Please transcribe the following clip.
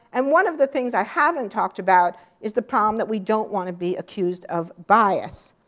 and one of the things i haven't talked about is the problem that we don't want to be accused of bias.